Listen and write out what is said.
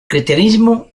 cristianismo